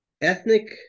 ethnic